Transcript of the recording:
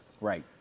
Right